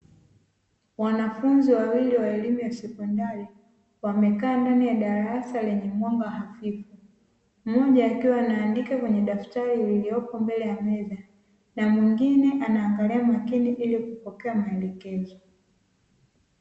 Wanafunzi wawili wa elimu ya sekondari wamekaa ndani ya darasa lenye mwanga hafifu, moja akiwa anaandika kwenye daftari lililopo mbele ya meza na mwingine anaangalia makini ili kupokea maelekezo.